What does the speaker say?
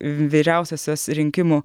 vyriausiosios rinkimų